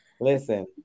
Listen